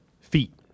feet